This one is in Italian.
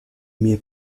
mie